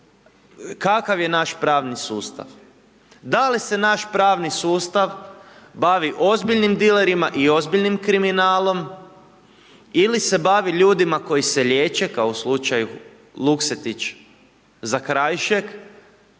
kakav je naš pravni sustav? Da li se naš pravni sustav bavi ozbiljnim dilerima i ozbiljnim kriminalom ili se bavi ljudima koji se liječe, kao u slučaju Luksetić, Zakrajšek